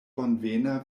bonvena